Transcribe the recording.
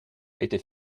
était